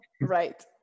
Right